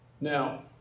Now